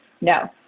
no